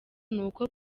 nuko